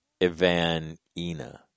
Ivanina